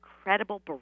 incredible